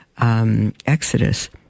Exodus